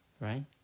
right